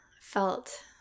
felt